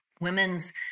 women's